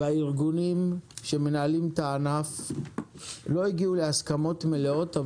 והארגונים שמנהלים את הענף לא הגיעו להסכמות מלאות,